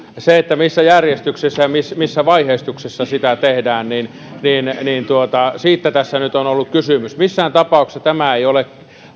se missä järjestyksessä ja missä missä vaiheistuksessa sitä tehdään siitä tässä nyt on ollut kysymys missään tapauksessa tämä ei ole